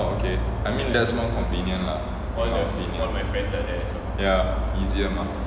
oh okay I mean that's more convenient lah in my opinion ya easier mah